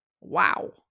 Wow